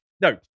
No